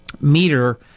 meter